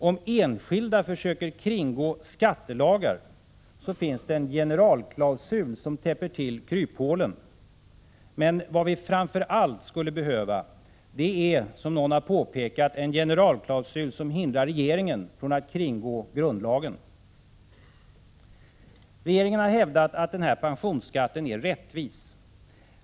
Om enskilda försöker kringgå skattelagar finns det en generalklausul som täpper till kryphålen. Vad vi framför allt skulle behöva, som någon påpekat, är en generalklausul som hindrar regeringen från att kringgå grundlagen. Regeringen har hävdat att pensionsskatten är rättvis.